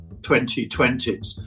2020s